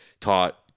taught